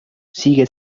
sigue